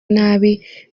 nabi